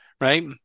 Right